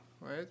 right